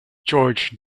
george